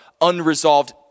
unresolved